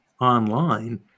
online